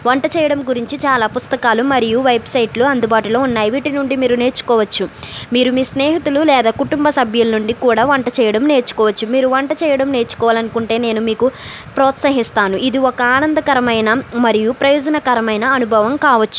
వంట చేయడం గురించి చాలా పుస్తకాలు మరియు వెబ్సైట్లు అందుబాటులో ఉన్నాయి వీటి నుండి మీరు నేర్చుకోవచ్చు మీరు మీ స్నేహితులు లేదా కుటుంబ సభ్యుల నుండి కూడా వంట చేయడం నేర్చుకోవచ్చు మీరు వంట చేయడం నేర్చుకోవాలి అనుకుంటే నేను మీకు ప్రోత్సహిస్తాను ఇది ఒక ఆనందకరమైన మరియు ప్రయోజనకరమైన అనుభవం కావచ్చు